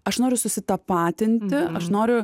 aš noriu susitapatinti aš noriu